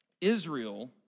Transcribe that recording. Israel